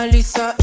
Lisa